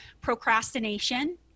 procrastination